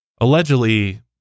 allegedly